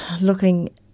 looking